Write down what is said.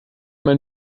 mein